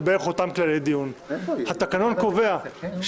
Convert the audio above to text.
אלו בערך אותם כללי דיון כפי שנקבע בתקנון.